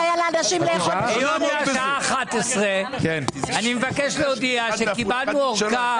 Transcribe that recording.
אני מבקש להודיע שקיבלנו ארכה מיושב ראש הכנסת